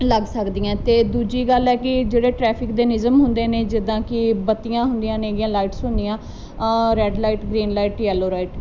ਲੱਗ ਸਕਦੀ ਆ ਤੇ ਦੂਜੀ ਗੱਲ ਹੈ ਕਿ ਜਿਹੜੇ ਟਰੈਫਿਕ ਦੇ ਨਿਯਮ ਹੁੰਦੇ ਨੇ ਜਿੱਦਾਂ ਕਿ ਬੱਤੀਆਂ ਹੁੰਦੀਆਂ ਨੇਗੀਆਂ ਲਾਈਟਸ ਹੁੰਦੀਆਂ red light green light yellow light